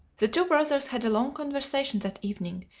the two brothers had a long conversation that evening,